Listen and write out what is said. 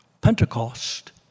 Pentecost